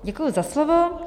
Děkuji za slovo.